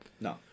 No